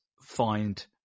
find